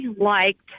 liked